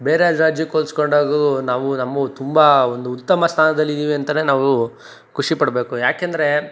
ಬೇರೆ ರಾಜ್ಯಕ್ಕೆ ಹೋಲಿಸ್ಕೊಂಡಾಗೂ ನಾವು ನಮ್ಮ ತುಂಬ ಒಂದು ಉತ್ತಮ ಸ್ಥಾನದಲ್ಲಿದೀವಿ ಅಂತ ನಾವು ಖುಷಿಪಡಬೇಕು ಯಾಕೆಂದರೆ